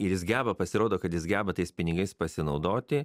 ir jis geba pasirodo kad jis geba tais pinigais pasinaudoti